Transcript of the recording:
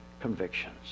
convictions